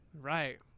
right